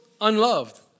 unloved